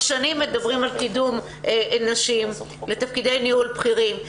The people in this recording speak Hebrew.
שנים מדברים על קידום נשים לתפקידי ניהול בכירים.